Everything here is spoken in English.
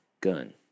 gun